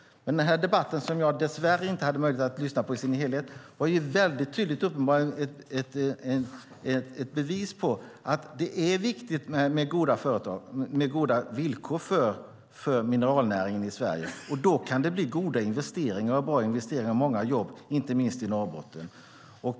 Jag hade dess värre inte möjlighet att lyssna på den debatten i dess helhet. Den var uppenbart ett bevis på att det är viktigt med goda företag och goda villkor för mineralnäringen i Sverige. Då kan det bli bra investeringar och många jobb inte minst i Norrbotten.